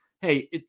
hey